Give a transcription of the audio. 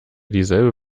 dieselbe